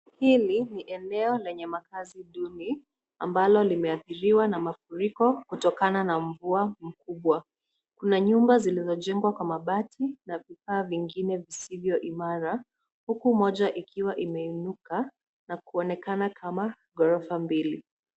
Hili ni eneo lenye makazi duni ambalo limeathiriwa na mafuriko kutokana na mvua mkubwa. Kuna nyumba zilizojengwa kwa mabati na vifaa vingine visivyo imara huku moja ikiwa imeinuka na kuonekana kana ghrorofa mbili.